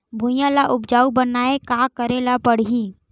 भुइयां ल उपजाऊ बनाये का करे ल पड़ही?